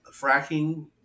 fracking